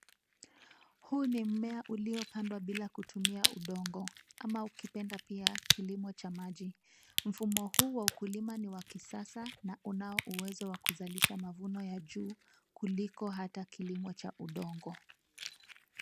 Huu ni mmea uliopandwa bila kutumia udongo ama ukipenda pia kilimo cha maji. Mfumo huu wa kilimo ni wa kisasa na unao uwezo wa kuzalisha mavuno ya juu, kuliko hata kilimo cha udongo.